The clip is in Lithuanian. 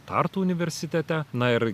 tartu universitete na ir